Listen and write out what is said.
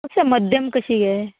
अशें मध्यम कशी गे